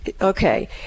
Okay